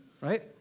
Right